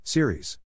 Series